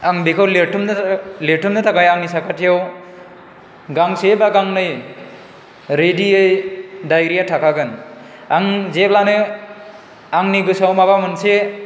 आं बेखौ लिरथुमनो लिरथुमनो थाखाय आंनि साखाथियाव गांसे बा गांनै रेडियै डायरिया थाखागोन आं जेब्लानो आंनि गोसोआव माबा मोनसे